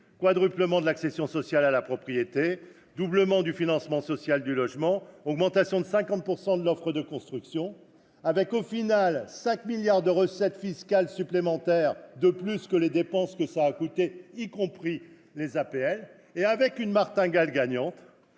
quadruplement de l'accession sociale à la propriété, le doublement du financement social du logement, l'augmentation de 50 % de l'offre de construction, avec, au final, 5 milliards d'euros de recettes fiscales supplémentaires par rapport aux dépenses, y compris les APL, et avec une martingale gagnante